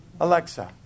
Alexa